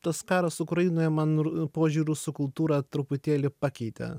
tas karas ukrainoje man požiūriu su kultūra truputėlį pakeitė